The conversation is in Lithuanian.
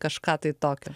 kažką tai tokio